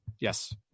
Yes